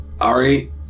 Ari